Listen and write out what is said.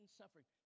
suffering